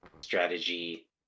strategy